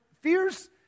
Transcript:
fears